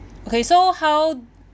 okay so how